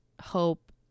hope